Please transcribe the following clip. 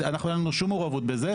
אין לנו שום מעורבות בזה.